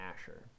Asher